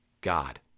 God